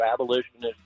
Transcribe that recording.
abolitionist